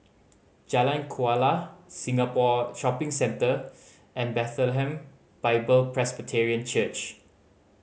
Jalan Kuala Singapore Shopping Centre and Bethlehem Bible Presbyterian Church